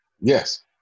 Yes